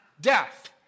Death